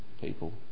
people